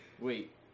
Wait